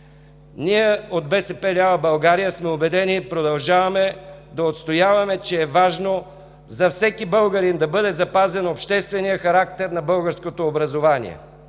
Ние от БСП лява България сме убедени и продължаваме да отстояваме, че е важно за всеки българин да бъде запазен общественият характер на българското образование,